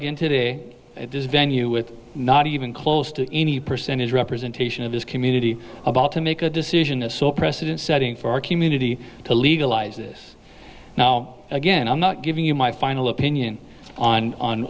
again today at this venue with not even close to any percentage representation of this community about to make a decision a so precedent setting for our community to legalize this now again i'm not giving you my final opinion on on